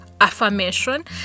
affirmation